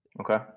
Okay